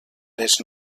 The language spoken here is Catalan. les